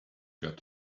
got